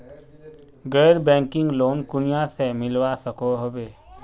गैर banking loan कुनियाँ से मिलवा सकोहो होबे?